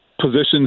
positions